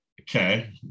Okay